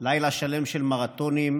לילה שלם של מרתונים,